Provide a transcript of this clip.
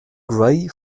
gray